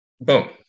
Boom